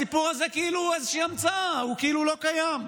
הסיפור הזה הוא כאילו איזושהי המצאה והוא כאילו לא קיים.